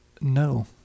no